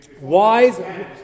Wise